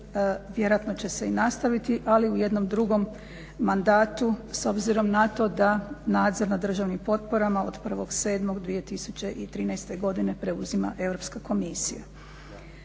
vjerojatno će se nastaviti ali u jednom drugom mandatu s obzirom na to da nadzor nad državnim potporama od 1.7.2013. preuzima Europska komisija.